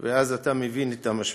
ואז אתה מבין את המשמעות.